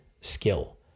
skill